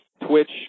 twitch